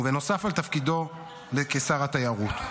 בנוסף על תפקידו כשר התיירות,